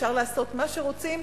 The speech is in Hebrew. אפשר לעשות מה שרוצים,